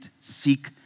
Seek